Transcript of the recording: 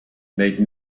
made